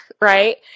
right